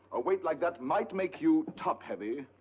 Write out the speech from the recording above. a weight like that might make you top-heavy.